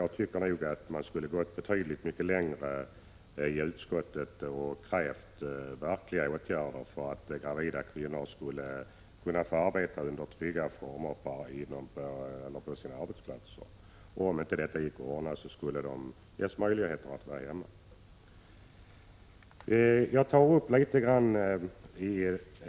Jag tycker att utskottet skulle ha gått betydligt längre och krävt verkliga åtgärder, så att gravida kvinnor kan få arbeta under trygga former på sina arbetsplatser. Om detta inte skulle gå att ordna skulle de i stället ges möjlighet att få vara hemma med ersättning från försäkringskassan.